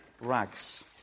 rags